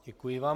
Děkuji vám.